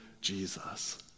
Jesus